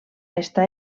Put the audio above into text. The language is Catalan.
està